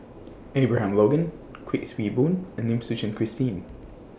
Abraham Logan Kuik Swee Boon and Lim Suchen Christine